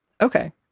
Okay